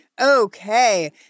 okay